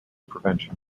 prevention